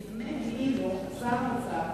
נדמה כאילו שר האוצר